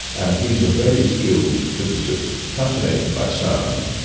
and he's a very skilled physicist, fascinated by sound.